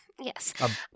yes